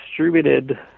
distributed